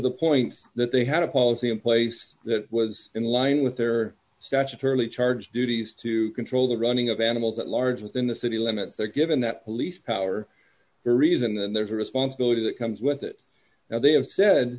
the point that they had a policy in place that was in line with their statutorily charge duties to control the running of animals that large within the city limits that given that police power the reason that there's a responsibility that comes with it now they have said